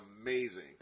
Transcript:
amazing